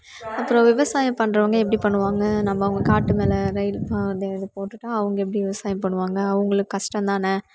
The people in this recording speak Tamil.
அப்புறம் விவசாயம் பண்ணுறவங்க எப்படி பண்ணுவாங்க நம்ம அவங்க காட்டுமேலே ரயில் பாதை அது போட்டுவிட்டா அவங்க எப்படி விவசாயம் பண்ணுவாங்க அவங்களுக்கு கஷ்டந்தானே